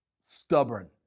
stubborn